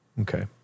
Okay